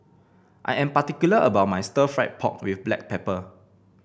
I am particular about my Stir Fried Pork with Black Pepper